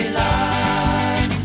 love